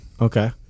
Okay